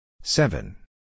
Seven